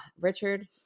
Richard